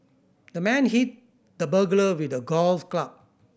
the man hit the burglar with a golf club